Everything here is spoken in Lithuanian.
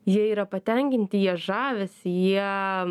jie yra patenkinti jie žavisi jie